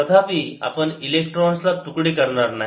तथापि आपण इलेक्ट्रॉन्स ला तुकडे करणार नाही